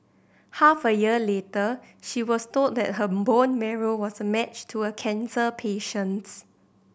half a year later she was told that her bone marrow was a match to a cancer patient's